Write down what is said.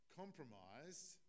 compromised